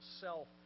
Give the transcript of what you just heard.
self